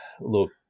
look